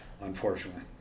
Unfortunately